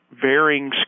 varying